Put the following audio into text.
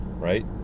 Right